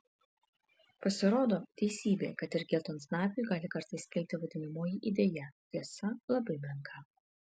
pasirodo teisybė kad ir geltonsnapiui gali kartais kilti vadinamoji idėja tiesa labai menka